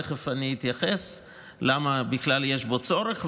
תכף אני אתייחס למה בכלל יש בו צורך.